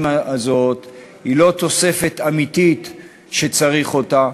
הזאת היא לא תוספת אמיתית שצריך אותה,